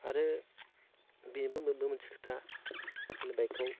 आरो बेबो मोनसे खोथा खालि बाइकखौ